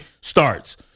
starts